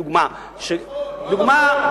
בדוגמה,